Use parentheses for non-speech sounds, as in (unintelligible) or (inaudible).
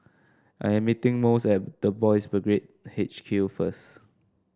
I am meeting (unintelligible) at the Boys' Brigade H Q first